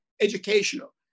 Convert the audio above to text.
educational